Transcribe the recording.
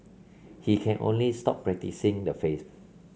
he can only stop practising the faith